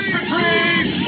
Retreat